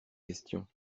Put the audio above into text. questions